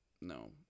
No